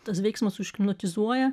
tas veiksmas užhipnotizuoja